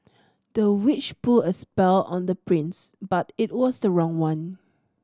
the witch put a spell on the prince but it was the wrong one